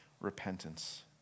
repentance